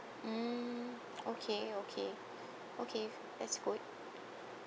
mm okay okay okay that's good